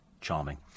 charming